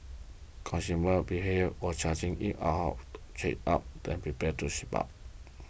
consumer behaviour was changing in shape up than prepared to ship out